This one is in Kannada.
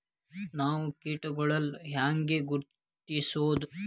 ನಾವ್ ಕೇಟಗೊಳ್ನ ಹ್ಯಾಂಗ್ ಗುರುತಿಸೋದು?